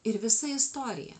ir visa istorija